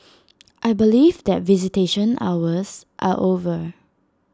I believe that visitation hours are over